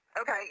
Okay